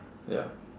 ya